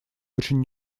очень